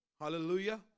Hallelujah